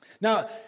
Now